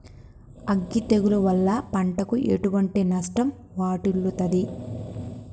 అగ్గి తెగులు వల్ల పంటకు ఎటువంటి నష్టం వాటిల్లుతది?